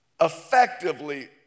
effectively